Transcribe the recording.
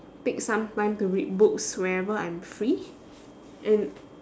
take some time to read books whenever I'm free and